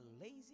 lazy